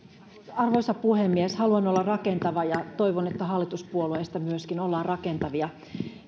arvoisa puhemies haluan olla rakentava ja toivon että hallituspuolueesta myöskin ollaan rakentavia